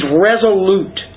resolute